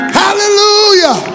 hallelujah